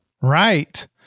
Right